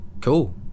Cool